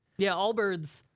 yeah. albert's,